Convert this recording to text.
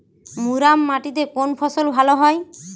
মুরাম মাটিতে কোন ফসল ভালো হয়?